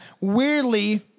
weirdly